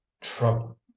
Trouble